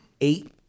eight